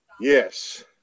Yes